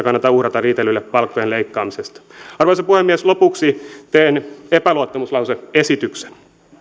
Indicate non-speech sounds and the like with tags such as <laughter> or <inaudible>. <unintelligible> kannata uhrata riitelylle palkkojen leikkaamisesta arvoisa puhemies lopuksi teen epäluottamuslause esityksen